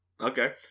Okay